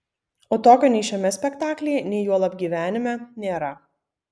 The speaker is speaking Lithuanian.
o tokio nei šiame spektaklyje nei juolab gyvenime nėra